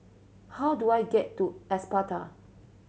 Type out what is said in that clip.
how do I get to Espada